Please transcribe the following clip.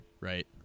right